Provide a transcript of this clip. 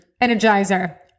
energizer